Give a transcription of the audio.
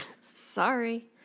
Sorry